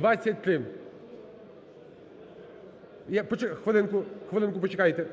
5523. Хвилинку, хвилинку почекайте,